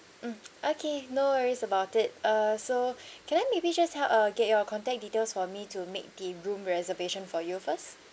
mm okay no worries about it uh so can I maybe just help uh get your contact details for me to make the room reservation for you first